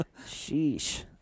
sheesh